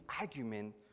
argument